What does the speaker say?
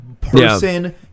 person